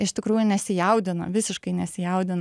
iš tikrųjų nesijaudina visiškai nesijaudina